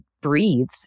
breathe